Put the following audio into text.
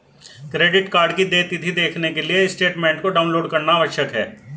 credit card की देय तिथी देखने के लिए स्टेटमेंट को डाउनलोड करना आवश्यक है